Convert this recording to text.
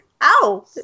Ow